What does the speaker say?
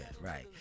right